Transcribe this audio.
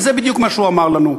וזה בדיוק מה שהוא אמר לנו.